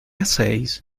hacéis